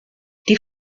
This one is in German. die